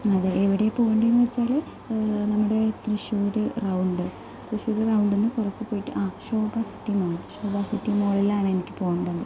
അതെ എവിടെ പോവണ്ടെ എന്ന് വച്ചാൽ നമ്മുടെ തൃശ്ശൂർ റൗണ്ട് തൃശ്ശൂർ റൗണ്ട് നിന്ന് കുറച്ച് പോയിട്ട് ആ Sobha city mall Sobha city മോളിലാണ് എനിക്ക് പോവണ്ടത്